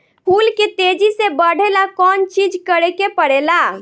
फूल के तेजी से बढ़े ला कौन चिज करे के परेला?